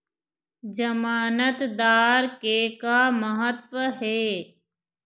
जमानतदार के का महत्व हे?